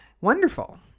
wonderful